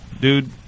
dude